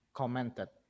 commented